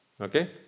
Okay